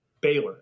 Baylor